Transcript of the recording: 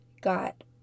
got